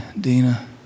Dina